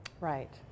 Right